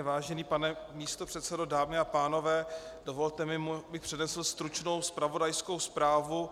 Vážený pane místopředsedo, dámy a pánové, dovolte mi, abych přednesl stručnou zpravodajskou zprávu.